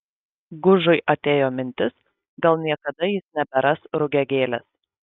gužui atėjo mintis gal niekada jis neberas rugiagėlės